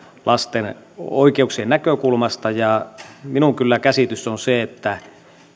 lasten oikeuksien näkökulmasta kyllä minun käsitykseni on se että